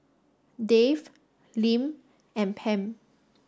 Dave Lim and Pam